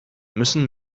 müssen